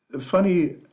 funny